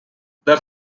there